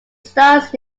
starts